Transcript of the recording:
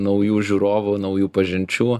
naujų žiūrovų naujų pažinčių